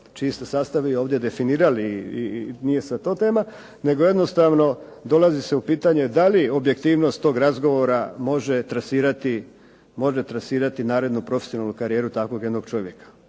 se sastav ovdje vi definirali i nije sada to tema. Nego jednostavno dolazi u pitanje objektivnost toga razgovara može trasirati narednu profesionalnu karijeru takvog jednog čovjeka?